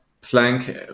plank